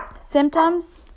Symptoms